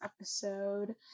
episode